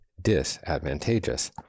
disadvantageous